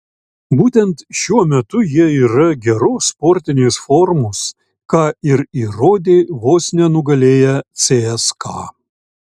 būtent šiuo metu jie yra geros sportinės formos ką ir įrodė vos nenugalėję cska